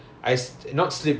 slip disk